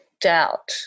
doubt